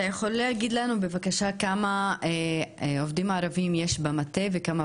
אתה יכול להגיד לנו בבקשה כמה עובדים ערבים יש במטה וכמה